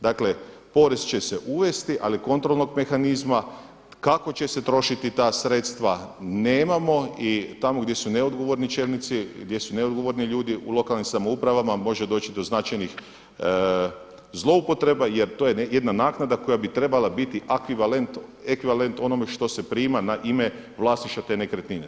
Dakle, porez će se uvesti, ali kontrolnog mehanizma kako će se trošiti ta sredstva nemamo i tamo gdje su neodgovorni čelnici, gdje su neodgovorni ljudi u lokalnim samoupravama može doći do značajnih zloupotreba jer to je jedna naknada koja bi trebala biti ekvivalent onome što se prima na ime vlasništva te nekretnine.